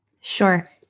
Sure